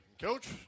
Coach